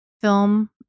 film